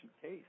case